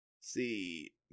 see